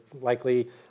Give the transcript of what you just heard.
likely